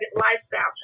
lifestyle